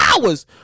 hours